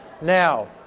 Now